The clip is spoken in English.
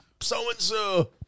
so-and-so